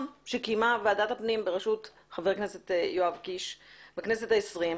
שקיימה ועדת הפנים בראשות חבר הכנסת יואב קיש בכנסת העשרים.